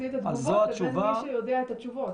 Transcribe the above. את התגובות לבין מי שיודע את התשובות.